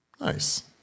Nice